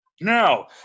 No